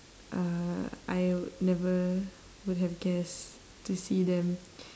uh I would never would have guessed to see them